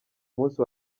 munsi